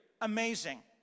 Amazing